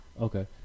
Okay